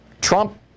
Trump